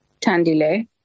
Tandile